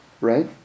right